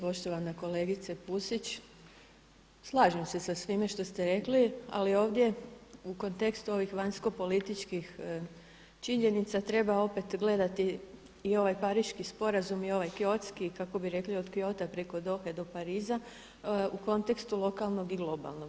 Poštovana kolegice Pusić slažem se sa svime što ste rekli, ali ovdje u kontekstu ovih vanjsko-političkih činjenica treba opet gledati i ovaj Pariški sporazum i ovaj Kyotski kako bi rekli od Kyota preko Dohe do Pariza u kontekstu lokalnog i globalnog.